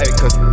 cause